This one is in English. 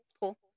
Cool